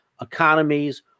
economies